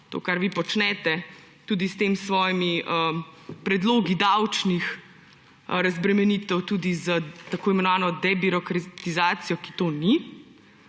to kar vi počnete tudi s temi svojimi predlogi davčnih razbremenitev, tudi s tako imenovano debirokratizacijo, ki to ni,